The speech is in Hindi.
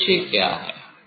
उद्देश्य क्या है